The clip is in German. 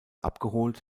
abgeholt